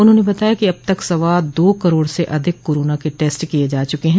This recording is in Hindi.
उन्होंने बताया कि अब तक सवा दो करोड़ से अधिक कोरोना के टेस्ट किये जा चुके हैं